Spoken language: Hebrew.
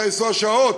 והיא צריכה לנסוע שעות.